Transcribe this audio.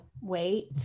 wait